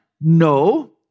No